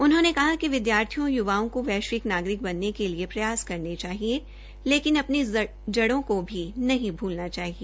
उन्होंने कहा कि विदयार्थियों और य्वाओं को वैश्विक नागरिक बनने के लिए प्रयास करने चाहिए लेकिन अपनी जड़ों को भी नहीं भूलना चाहिए